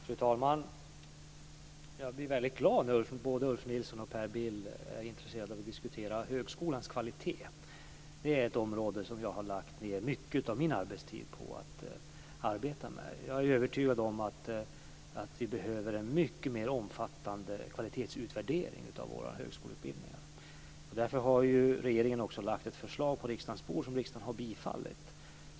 Fru talman! Jag blir väldigt glad när både Ulf Nilsson och Per Bill är intresserade av att diskutera högskolans kvalitet. Det är ett område som jag lagt ned mycket av min arbetstid på. Jag är övertygad om att vi behöver en mycket mer omfattande kvalitetsutvärdering av våra högskoleutbildningar. Därför har regeringen också på riksdagens bord lagt ett förslag som har bifallits av riksdagen.